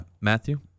Matthew